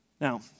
Now